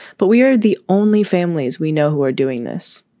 but we're the only families we know who are doing this.